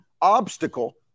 obstacle